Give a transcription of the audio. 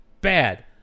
bad